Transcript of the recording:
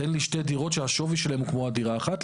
תן לי שתי דירות שהשווי שלהן הוא כמו הדירה האחת.